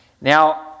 Now